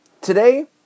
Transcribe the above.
Today